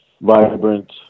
vibrant